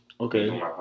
okay